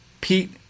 Pete